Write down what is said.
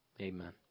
amen